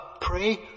pray